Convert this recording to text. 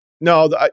No